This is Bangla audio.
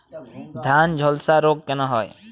ধানে ঝলসা রোগ কেন হয়?